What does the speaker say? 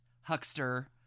huckster